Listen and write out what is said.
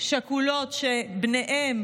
שכולות שבניהן